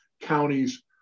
counties